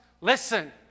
Listen